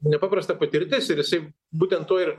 nepaprasta patirtis ir jisai būtent tuo ir